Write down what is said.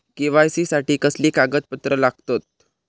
KYC साठी कसली कागदपत्र लागतत?